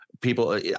People